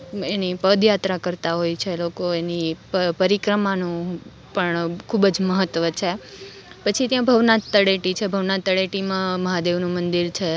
એની પદયાત્રા કરતાં હોય છે લોકો એની પરિક્રમાનું પણ ખૂબ જ મહત્વ છે પછી ત્યાં ભવનાથ તળેટી છે ભવનાથ તળેટીમાં મહાદેવનું મદિર છે